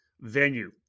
venue